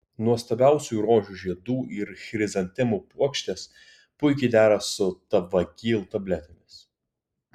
nuostabiausių rožių žiedų ir chrizantemų puokštės puikiai dera su tavegyl tabletėmis